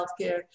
healthcare